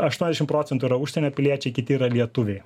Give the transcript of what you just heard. aštuoniasdešim procentų yra užsienio piliečiai kiti yra lietuviai